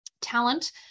talent